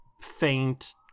faint